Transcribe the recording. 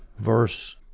Verse